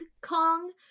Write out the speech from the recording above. Kong